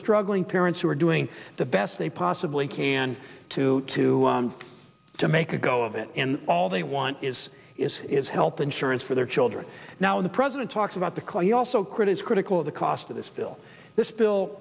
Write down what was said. struggling parents who are doing the best they possibly can to to to make a go of it and all they want is is health insurance for their children now the president talks about the call you also critics critical of the cost of this bill this bill